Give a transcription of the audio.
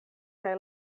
kaj